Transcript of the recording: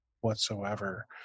whatsoever